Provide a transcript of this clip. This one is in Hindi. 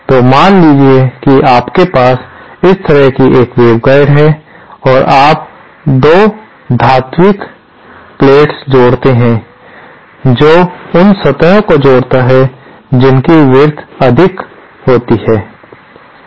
तो मान लीजिए कि आपके पास इस तरह का एक वेवगाइड है और आप 2 धात्विक पट्टीया जोड़ते हैं जो उन सतहों को जोड़ता है जिनकी विड्थ अधिक होती है